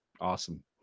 awesome